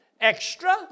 extra